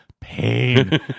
pain